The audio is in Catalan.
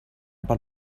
pel